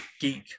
geek